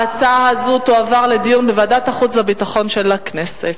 ההצעות תועברנה לדיון בוועדת החוץ והביטחון של הכנסת.